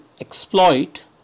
exploit